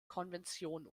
konvention